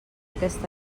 aquest